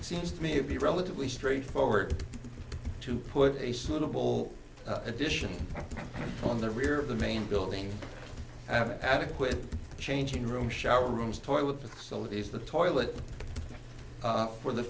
seems to me to be relatively straightforward to put a suitable addition on the rear of the main building having adequate changing room shower rooms toilet facilities the toilet for the